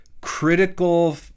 critical